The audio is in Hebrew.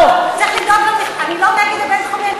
לא, אני לא נגד הבין-תחומי.